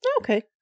Okay